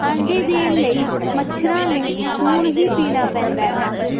ਆਂਡੇ ਦੇਣ ਲਈ ਮੱਛਰਾਂ ਨੂੰ ਖੂਨ ਹੀ ਪੀਣਾ ਪੈਂਦਾ ਹੈ